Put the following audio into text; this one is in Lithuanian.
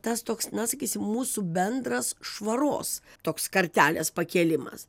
tas toks na sakysim mūsų bendras švaros toks kartelės pakėlimas